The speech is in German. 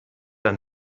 ein